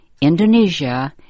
Indonesia